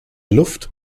luft